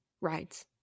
rides